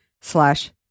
slash